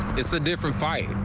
it's a different fight.